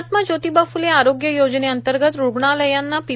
महात्मा ज्योतिबा फुले आरोग्य योजनेअंतर्गत रुग्णालयांना पी